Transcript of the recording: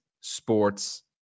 sports